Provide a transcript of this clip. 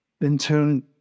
in-tune